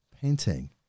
painting